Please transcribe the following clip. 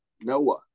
Noah